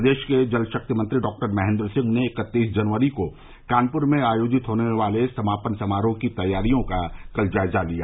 प्रदेश के जल शक्ति मंत्री डॉक्टर महेन्द्र सिंह ने इकत्तीस जनवरी को कानपुर में आयोजित होने वाले समापन समारोह की तैयारियों का कल जायजा लिया